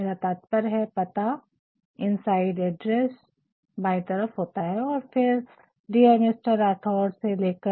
मेरा तात्पर्य है पता इनसाइड एड्रेस बायीं तरफ होता है और फिर डिअर मिस्टर राठोड से लेकर